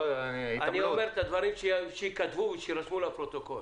אני אומר את הדברים כדי שייכתבו ויירשמו לפרוטוקול.